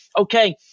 Okay